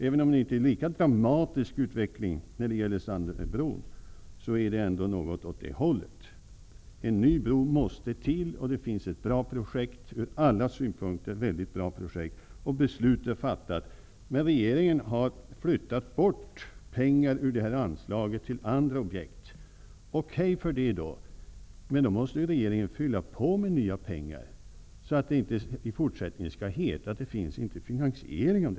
Även om det inte är en lika dramatisk utveckling när det gäller Sandöbron är det ändå något åt det hållet. En ny bro måste till, och det finns ett från alla synpunkter mycket bra projekt. Beslut är fattat. Men regeringen har flyttat pengar från det här anslaget till andra objekt. Okej, men då måste regeringen fylla på med nya pengar, så att det inte i fortsättningen heter att det inte går att klara finansieringen.